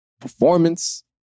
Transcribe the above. performance